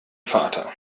vater